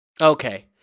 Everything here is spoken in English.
Okay